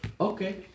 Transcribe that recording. Okay